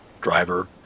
driver